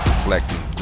Reflecting